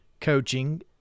coaching